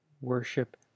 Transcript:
worship